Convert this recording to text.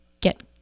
get